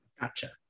gotcha